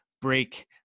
Break